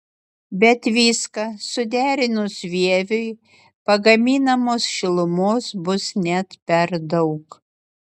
bet viską suderinus vieviui pagaminamos šilumos bus net per daug